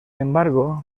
embargo